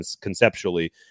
conceptually